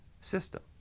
system